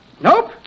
Nope